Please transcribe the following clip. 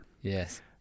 Yes